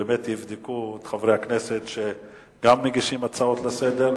שבאמת יבדקו את חברי הכנסת שגם מגישים הצעות לסדר-היום,